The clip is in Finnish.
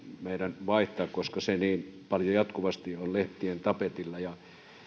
meidän vaihtaa koska se niin paljon jatkuvasti on lehtien tapetilla